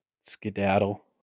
skedaddle